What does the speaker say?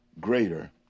greater